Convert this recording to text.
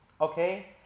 Okay